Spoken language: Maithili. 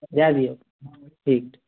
भए गेल ठीक ठीक